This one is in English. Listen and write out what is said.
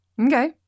Okay